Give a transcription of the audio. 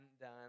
done